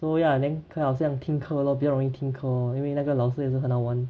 so ya then 可以好像听课咯比较容易听课咯因为那个老师也是很好玩